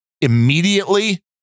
immediately